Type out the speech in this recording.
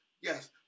Yes